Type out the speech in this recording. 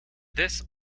this